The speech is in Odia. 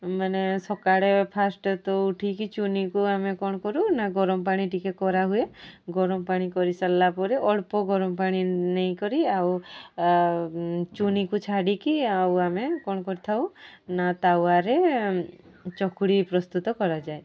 ମାନେ ସକାଳେ ଫାଷ୍ଟ୍ ତ ଉଠିକି ଚୁନିକୁ ଆମେ କ'ଣ କରୁ ନା ଗରମ ପାଣି ଟିକେ କରାହୁଏ ଗରମ ପାଣି କରିସାରିଲା ପରେ ଅଳ୍ପ ଗରମ ପାଣି ନେଇକରି ଆଉ ଚୁନିକୁ ଛାଡ଼ିକି ଆଉ ଆମେ କ'ଣ କରିଥାଉ ନା ତାୱାରେ ଚକୁଡ଼ି ପ୍ରସ୍ତୁତ କରାଯାଏ